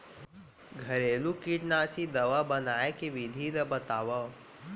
घरेलू कीटनाशी दवा बनाए के विधि ला बतावव?